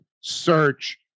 search